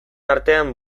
artean